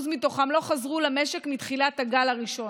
מתוכם לא חזרו למשק מתחילת הגל הראשון.